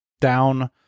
down